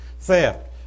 theft